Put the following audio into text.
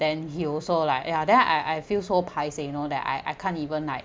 then he also like ya then I I feel so paiseh you know that I I can't even like